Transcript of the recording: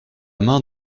main